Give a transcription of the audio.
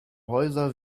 häuser